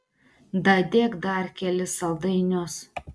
dadėk dar kelis saldainius